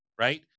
right